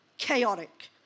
Chaotic